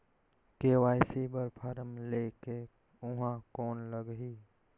KYC बर form ले के ऊहां कौन लगही?